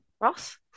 Ross